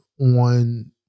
on